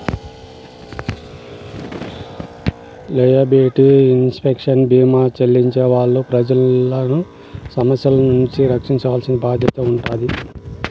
liability insurance భీమా చేయించే వాళ్ళు ప్రజలను సమస్యల నుండి రక్షించాల్సిన బాధ్యత ఉంటాది